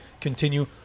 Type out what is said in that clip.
continue